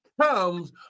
comes